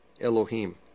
Elohim